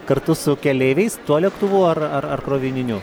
kartu su keleiviais tuo lėktuvu ar ar ar krovininiu